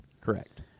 Correct